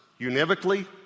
univocally